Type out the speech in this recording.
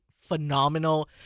phenomenal